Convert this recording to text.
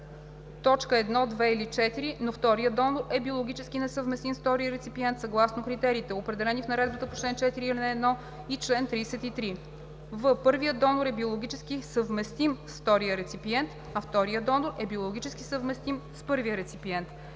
2, т. 1, 2 или 4, но вторият донор е биологически несъвместим с втория реципиент съгласно критериите по наредбите по чл. 4, ал. 1 и чл. 33; в) първият донор е биологически съвместим с втория реципиент, а вторият донор е биологически съвместим с първия реципиент.“